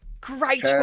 Great